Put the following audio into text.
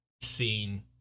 scene